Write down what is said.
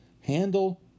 handle